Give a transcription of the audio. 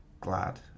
glad